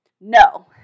No